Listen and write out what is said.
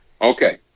Okay